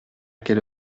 quelle